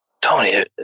Tony